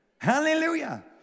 hallelujah